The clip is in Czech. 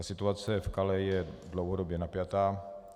Situace v Calais je dlouhodobě napjatá.